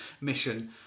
mission